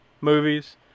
movies